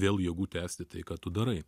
vėl jėgų tęsti tai ką tu darai